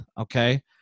okay